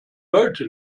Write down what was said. leute